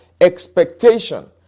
Expectation